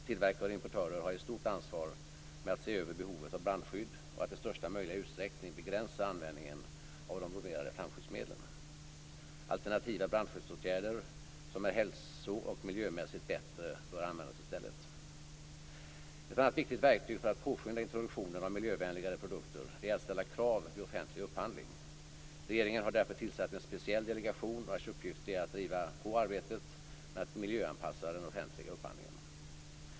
Tillverkare och importörer har ett stort ansvar med att se över behovet av brandskydd och att i största möjliga utsträckning begränsa användningen av de bromerade flamskyddsmedlen. Alternativa brandskyddsåtgärder som är hälso och miljömässigt bättre bör användas i stället. Ett annat viktigt verktyg för att påskynda introduktion av miljövänligare produkter är att ställa krav vid offentlig upphandling. Regeringen har därför tillsatt en speciell delegation vars uppgift är att driva på arbetet med att miljöanpassa den offentliga upphandlingen.